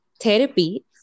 therapy